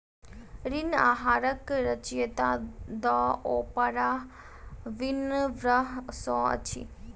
ऋण आहारक रचयिता द ओपराह विनफ्रे शो अछि